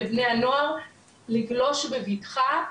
לבני הנוער לגלוש בבטחה,